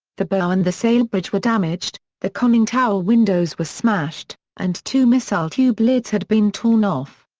the bow and the sailbridge were damaged, the conning tower windows were smashed, and two missile tube lids had been torn off.